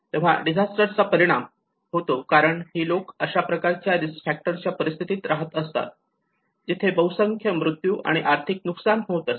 तेव्हा डिझास्टर चा परिणाम होतो कारण ही लोकं अशा प्रकारच्या रिस्क फॅक्टर च्या परिस्थितीत रहात असतात जिथे बहुसंख्य मृत्यू आणि आर्थिक नुकसान होत असते